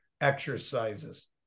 exercises